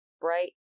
bright